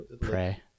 pray